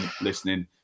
listening